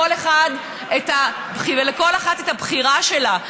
לכל אחת את הבחירה שלה,